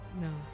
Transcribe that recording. No